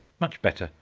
much better!